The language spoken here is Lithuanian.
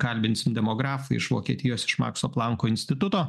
kalbinsim demografą iš vokietijos iš makso planko instituto